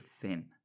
thin